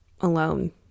alone